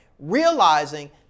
realizing